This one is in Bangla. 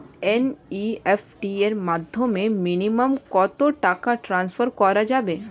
এন.ই.এফ.টি এর মাধ্যমে মিনিমাম কত টাকা টান্সফার করা যাবে?